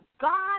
God